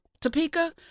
Topeka